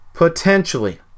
Potentially